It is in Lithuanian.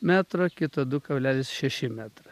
metro kito du kablelis šeši metro